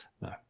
No